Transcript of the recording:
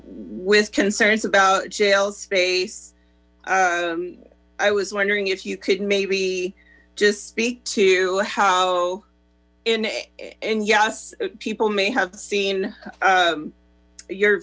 with concerns about jail space i was wondering if you could maybe just speak to how in and yes people may have seen your